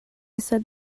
said